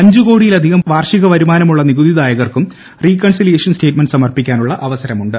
അഞ്ച് കോടിയിലധികം വാർഷിക വരുമാനമുള്ള നികുതിദായകർക്കും റികൺസിലിയേഷൻ സ്റ്റേറ്റ്മെന്റ് സമർപ്പിക്കാനുള്ള അവസരമുണ്ട്